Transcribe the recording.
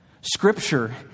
scripture